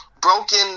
broken